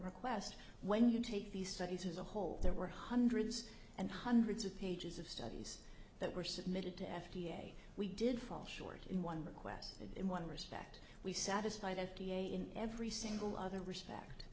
request when you take these studies as a whole there were hundreds and hundreds of pages of studies that were submitted to f d a we did fall short in one request in one respect we satisfy the f d a in every single other respect